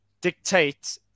dictate